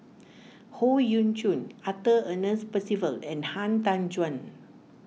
Howe Yoon Chong Arthur Ernest Percival and Han Tan Juan